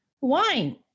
wine